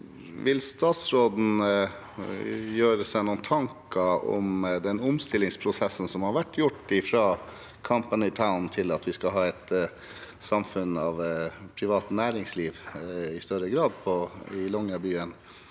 Vil statsråden gjøre seg noen tanker om den omstillingsprosessen som har vært gjort fra «company town» til at vi skal ha et samfunn med privat næringsliv i større grad i Longyearbyen,